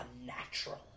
unnatural